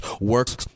works